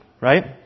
right